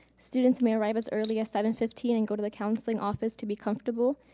students may arrive as early as seven fifteen and go to the counseling office to be comfortable.